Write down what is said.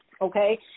Okay